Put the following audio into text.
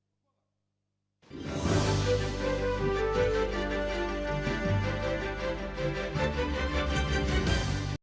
Дякую.